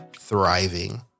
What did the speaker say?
thriving